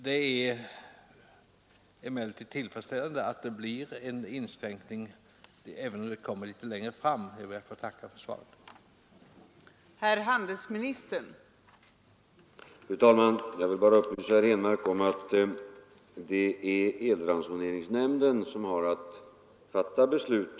Det är emellertid tillfredsställande att en inskränkning kan komma att ske, även om den genomförs något längre fram, och jag ber därför återigen att få tacka för svaret på min enkla fråga.